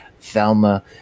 Thelma